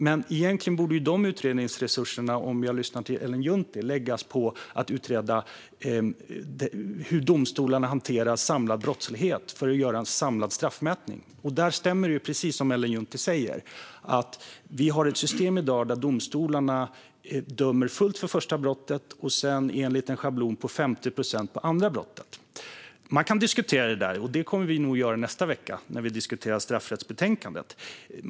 Men egentligen borde dessa utredningsresurser, om jag lyssnar till Ellen Juntti, läggas på att utreda hur domstolarna hanterar samlad brottslighet för att göra en samlad straffmätning. Precis som Ellen Juntti säger har vi i dag ett system där domstolarna dömer ut fullt straff för det första brottet och sedan, enligt en schablon, dömer ut 50 procent för det andra brottet. Man kan diskutera detta, och det kommer vi nog att göra nästa vecka när vi diskuterar straffrättsbetänkandet.